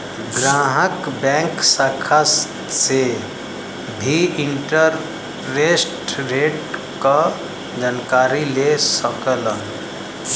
ग्राहक बैंक शाखा से भी इंटरेस्ट रेट क जानकारी ले सकलन